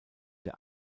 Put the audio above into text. der